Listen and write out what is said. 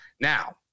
Now